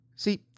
See